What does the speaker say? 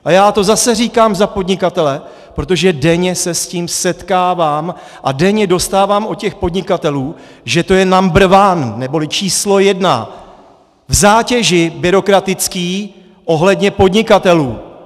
A já to zase říkám za podnikatele, protože denně se s tím setkávám a denně dostávám od těch podnikatelů, že to je number one neboli číslo jedna v zátěži byrokratický ohledně podnikatelů!